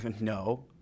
no